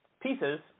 pieces